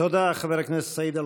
תודה, חבר הכנסת סעיד אלחרומי.